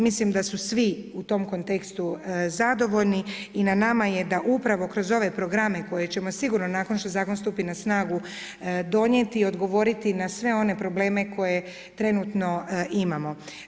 Mislim da su svi u tom kontekstu zadovoljni i na nama je da upravo kroz ove programe koje ćemo sigurno nakon što zakon stupi na snagu donijeti i odgovoriti na sve one probleme koje trenutno imamo.